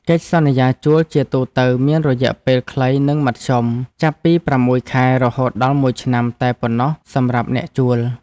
កិច្ចសន្យាជួលជាទូទៅមានរយៈពេលខ្លីនិងមធ្យមចាប់ពីប្រាំមួយខែរហូតដល់មួយឆ្នាំតែប៉ុណ្ណោះសម្រាប់អ្នកជួល។